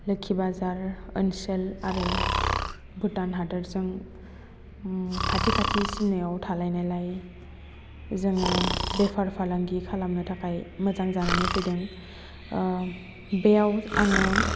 लोखि बाजार ओनसोल आरो भुटान हादरजों खाथि खाथि सिमनायाव थालायनायलाय जोङो बेफार फालांगि खालामनो थाखाय मोजां जानानै फैदों बेयाव आङो